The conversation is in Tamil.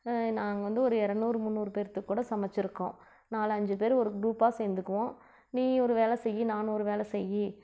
நாங்கள் வந்து ஒரு இரநூறு முண்ணூறு பேர்த்துக்கு கூட சமைச்சுருக்கோம் நாலு அஞ்சு பேர் ஒரு க்ரூப்பாக சேர்ந்துக்குவோம் நீ ஒரு வேலை செய் நான் ஒரு வேலை செய்